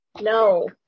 no